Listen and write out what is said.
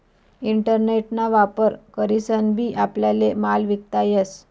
internet ना वापर करीसन बी आपल्याले माल विकता येस